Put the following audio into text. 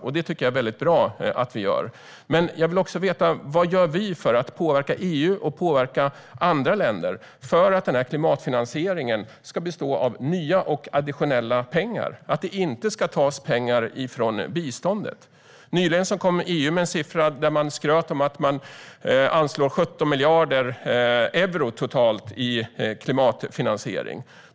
Jag tycker att det är bra att vi gör dem, men jag vill veta vad vi gör för att påverka EU och andra länder för att klimatfinansieringen ska bestå av nya och additionella pengar så att det inte tas pengar från biståndet. Nyligen kom EU med en siffra - man skröt om att man anslår totalt 17 miljarder euro i klimatfinansiering.